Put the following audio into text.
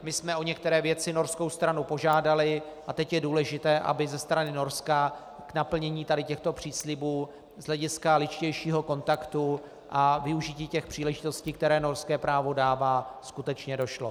My jsme o některé věci norskou stranu požádali a teď je důležité, aby ze strany Norska k naplnění tady těchto příslibů z hlediska lidštějšího kontaktu a využití těch příležitostí, které norské právo dává, skutečně došlo.